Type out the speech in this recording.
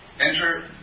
Enter